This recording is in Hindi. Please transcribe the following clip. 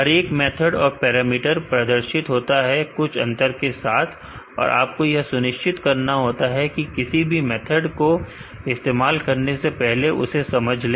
हर एक मेथड और पैरामीटर प्रदर्शित होता है कुछ अंतर के साथ और आपको यह सुनिश्चित करना होता है कि किसी भी मेथड को इस्तेमाल करने से पहले उसे समझ ले